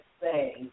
say